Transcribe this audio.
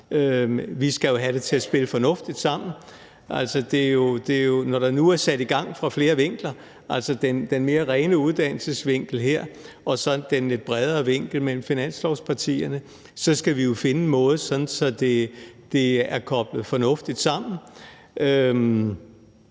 Vi skal jo have det til at spille fornuftigt sammen. Når der nu er sat noget i gang fra flere vinkler, altså den mere rene uddannelsesvinkel her og så finanslovspartierne bredere vinkel, så skal vi jo finde en måde at gøre det på, sådan at det er koblet fornuftigt sammen.